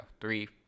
three